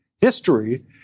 history